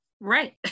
Right